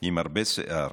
עם הרבה שיער,